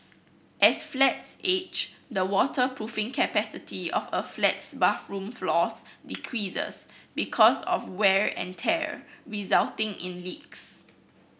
as flats age the waterproofing capacity of a flat's bathroom floors decreases because of wear and tear resulting in leaks